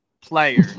player